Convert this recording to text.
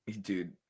Dude